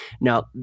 now